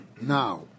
now